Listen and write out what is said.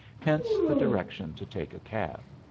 hence the direction to take a cab.